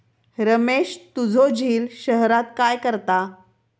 रमेश तुझो झिल शहरात काय करता?